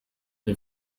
iyo